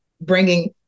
bringing